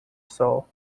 soul